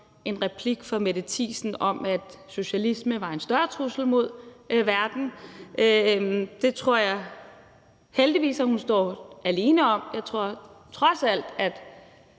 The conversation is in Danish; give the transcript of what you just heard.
en replik fra Mette Thiesen om, at socialisme var en større trussel mod verden. Det tror jeg heldigvis hun står alene med. Jeg tror trods alt, at